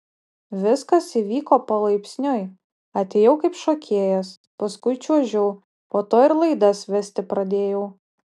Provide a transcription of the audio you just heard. viskas įvyko palaipsniui atėjau kaip šokėjas paskui čiuožiau po to ir laidas vesti pradėjau